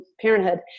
parenthood